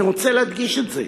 אני רוצה להדגיש את זה.